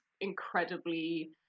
incredibly